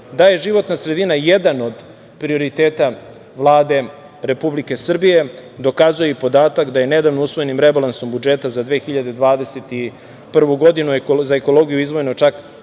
Da je životna sredina, jedan od prioriteta Vlade Republike Srbije, dokazuje i podatak da je nedavno usvojenim rebalansom budžeta za 2021. godinu, za ekologiju izdvojeno čak